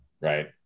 right